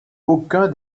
aucun